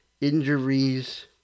Injuries